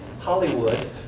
Hollywood